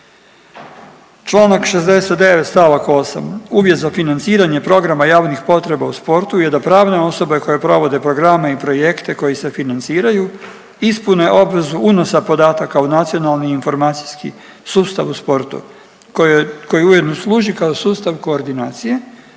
Članak 69. stavak 8. uvjet za financiranje programa javnih potreba u sportu je da pravne osobe koje provode programe i projekte koji se financiraju ispune obvezu unosa podataka u nacionalni informacijski sustav u sportu koji ujedno služi i kao sustav koordinacije